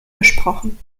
gesprochen